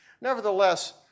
Nevertheless